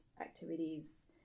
activities